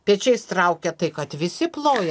pečiais traukia tai kad visi ploja